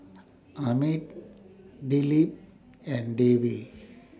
Amit Dilip and Devi